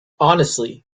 honestly